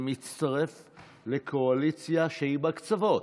ומצטרף לקואליציה שהיא בקצוות,